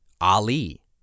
Ali